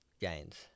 gains